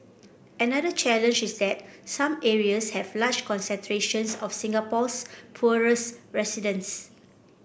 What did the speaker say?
another challenge is that some areas have large concentrations of Singapore's poorest residents